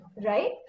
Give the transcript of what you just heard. Right